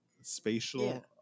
spatial